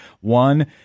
One